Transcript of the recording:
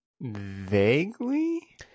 Vaguely